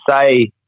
say